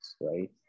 right